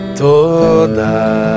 toda